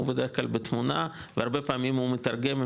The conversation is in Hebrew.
הוא בדרך כלל בתמונה והרבה פעמים הוא מתרגם,